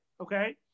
Okay